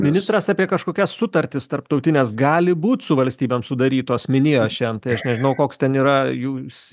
ministras apie kažkokias sutartis tarptautines gali būt su valstybėm sudarytos minėjo šiandien tai aš nežinau koks ten yra jūs